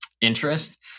interest